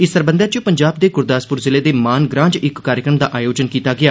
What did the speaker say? इस सरबंधै च पंजाब दे गुरदासपुर जिले दे मान ग्रां च इक कार्यक्रम दा आयोजन कीता गेआ